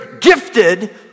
gifted